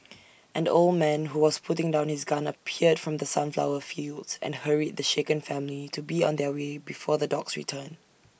an old man who was putting down his gun appeared from the sunflower fields and hurried the shaken family to be on their way before the dogs return